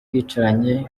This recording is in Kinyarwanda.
bicaranye